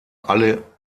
alle